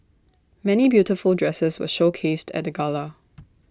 many beautiful dresses were showcased at the gala